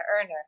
earner